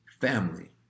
family